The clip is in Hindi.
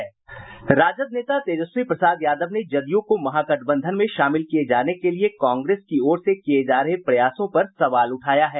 राजद नेता तेजस्वी प्रसाद यादव ने जदयू को महागठबंधन में शामिल किये जाने के लिये कांग्रेस की ओर से किये जा रहे प्रयासों पर सवाल उठाया है